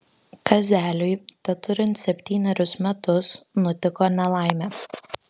kazeliui teturint septynerius metus nutiko nelaimė